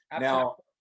Now